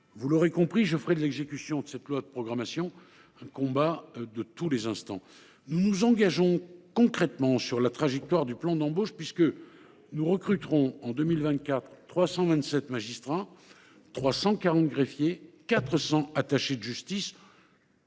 vous l’aurez compris, je ferai de l’exécution de cette loi de programmation un combat de tous les instants. Nous nous engageons concrètement sur la trajectoire du plan d’embauche, puisque nous recruterons, en 2024, 327 magistrats, 340 greffiers, 400 attachés de justice.